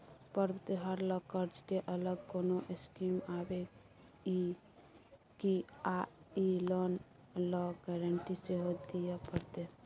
पर्व त्योहार ल कर्ज के अलग कोनो स्कीम आबै इ की आ इ लोन ल गारंटी सेहो दिए परतै?